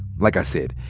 like i said,